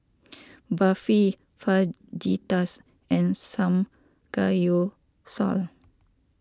Barfi Fajitas and Samgeyopsal